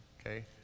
okay